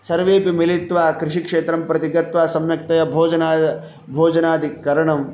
सर्वेऽपि मिलित्वा कृषिक्षेत्रं प्रति गत्वा सम्यक्तया भोजना भोजनादिकरणं